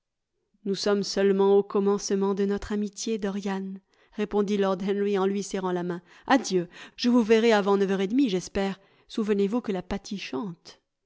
nous sommes seulement au commencement de notre amitié dorian répondit lord henry en lui serrant la main adieu je vous verrai avant neuf heures et demie j'espère souvenez-vous que la